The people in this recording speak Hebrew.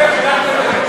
השר אלקין,